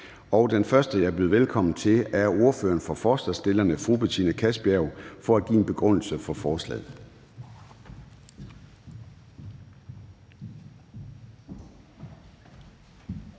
Den første, jeg byder velkommen til, er ordføreren for forslagsstillerne, fru Betina Kastbjerg, for at give en begrundelse for forslaget.